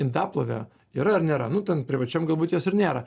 indaplovė yra ar nėra nu ten privačiam galbūt jos ir nėra